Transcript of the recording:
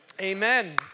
amen